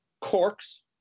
corks